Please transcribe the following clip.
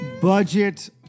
budget